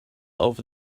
over